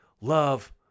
love